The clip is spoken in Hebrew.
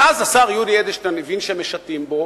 ואז השר יולי אדלשטיין הבין שמשטים בו,